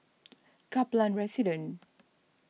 Kaplan Residence